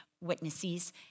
witnesses